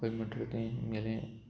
पयली म्हणटात तें आमगेलें